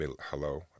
Hello